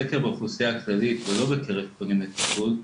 באוכלוסייה הכללית ולא בקרב פונים לטיפול.